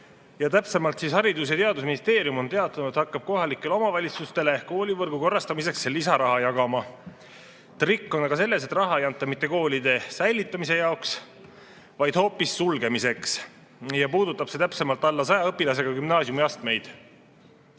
Täpsemalt, Haridus‑ ja Teadusministeerium on teatanud, et hakkab kohalikele omavalitsustele koolivõrgu korrastamiseks lisaraha jagama. Trikk on aga selles, et raha ei anta mitte koolide säilitamiseks, vaid hoopis sulgemiseks ja puudutab see täpsemalt alla 100 õpilasega gümnaasiumiastmeid.